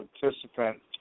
participant